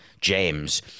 James